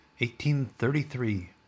1833